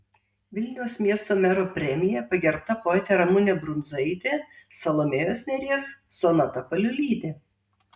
vilniaus miesto mero premija pagerbta poetė ramunė brundzaitė salomėjos nėries sonata paliulytė